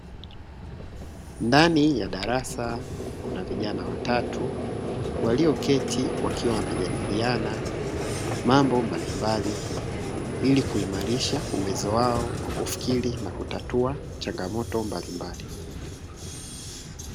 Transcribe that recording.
Ndani ya darasa kuna vijana watatu walioketi wakiwa wanajadiliana mambo mbalimbali, ili kuimarisha uwezo wa kufikiri na kutatua changamoto mbalimbali.